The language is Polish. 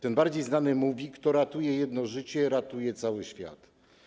Ten bardziej znany mówi: „Kto ratuje jedno życie - ratuje cały świat”